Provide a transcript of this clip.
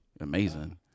amazing